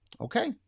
Okay